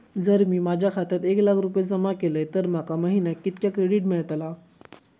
जर मी माझ्या खात्यात एक लाख रुपये जमा केलय तर माका महिन्याक कितक्या क्रेडिट मेलतला?